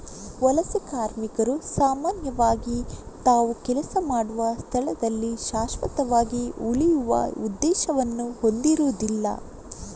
ವಲಸೆ ಕಾರ್ಮಿಕರು ಸಾಮಾನ್ಯವಾಗಿ ತಾವು ಕೆಲಸ ಮಾಡುವ ಸ್ಥಳದಲ್ಲಿ ಶಾಶ್ವತವಾಗಿ ಉಳಿಯುವ ಉದ್ದೇಶವನ್ನು ಹೊಂದಿರುದಿಲ್ಲ